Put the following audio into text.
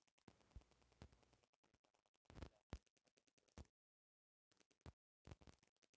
ए machine से दवाई छिटला पर फसल के कोई नुकसान ना होखे